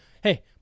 hey